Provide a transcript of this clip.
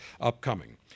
upcoming